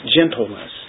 gentleness